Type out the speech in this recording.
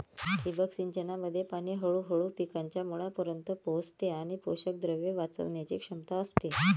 ठिबक सिंचनामध्ये पाणी हळूहळू पिकांच्या मुळांपर्यंत पोहोचते आणि पोषकद्रव्ये वाचवण्याची क्षमता असते